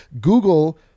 google